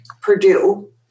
purdue